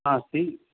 नास्ति